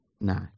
No